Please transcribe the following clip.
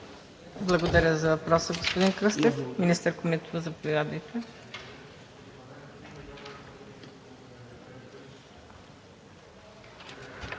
Благодаря за въпроса, господин Кръстев. Министър Комитова, заповядайте.